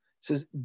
says